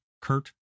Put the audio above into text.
Kurt